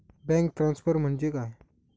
Bank transfer म्हणजे काय?